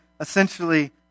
essentially